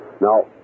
Now